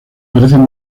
parecen